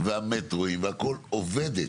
והמטרו והכל עובדת.